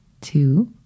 two